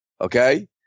okay